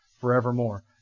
forevermore